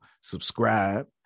subscribe